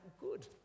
good